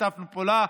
שיתפנו פעולה.